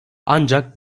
ancak